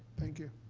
thank you.